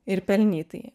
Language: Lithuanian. ir pelnytai